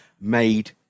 made